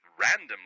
randomly